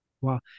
Wow